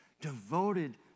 devoted